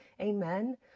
Amen